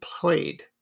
played